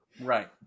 Right